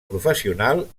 professional